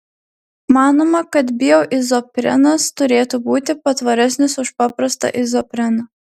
manoma kad bioizoprenas turėtų būti patvaresnis už paprastą izopreną